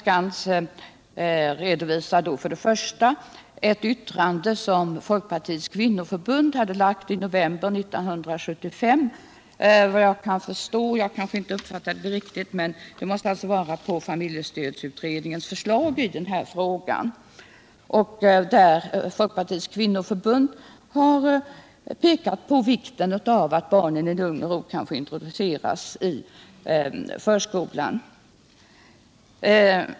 Hon redovisade ett yttrande som Folkpartiets kvinnoförbund gjort i november 1975, såvitt jag förstår med anledning av familjestödsutredningens förslag i denna fråga. Folkpartiets kvinnoförbund framhöll då vikten av att barnen i lugn och ro kan introduceras i förskolan.